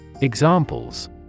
Examples